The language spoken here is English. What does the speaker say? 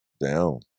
Down